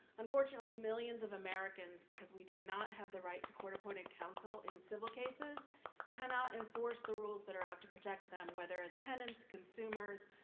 unfortunately, millions of americans because we do not have the right to court-appointed counsel in civil cases cannot enforce the rules that are out to protect them, whether as tenants, consumers,